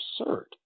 absurd